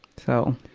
so,